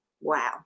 Wow